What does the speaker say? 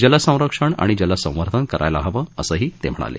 जलसंरक्षण आणि जलसंवर्धन करायला हवं असंही ते म्हणाले